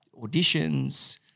auditions